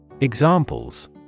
Examples